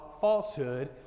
falsehood